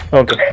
okay